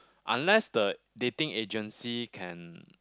unless the dating agency can